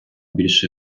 більш